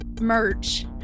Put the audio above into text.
merch